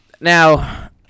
now